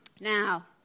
Now